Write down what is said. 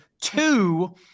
two